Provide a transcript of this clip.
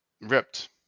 ripped